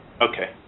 Okay